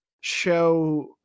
show